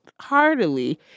heartily